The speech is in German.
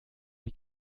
wie